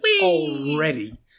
already